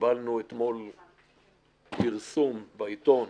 ראינו אתמול פרסום בעיתון,